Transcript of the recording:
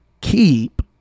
Keep